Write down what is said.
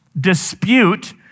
dispute